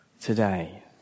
today